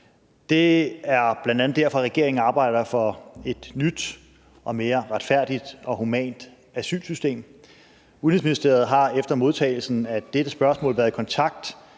Det er bl.a. derfor, regeringen arbejder for et nyt og mere retfærdigt og humant asylsystem. Udenrigsministeriet har efter modtagelsen af dette spørgsmål været i kontakt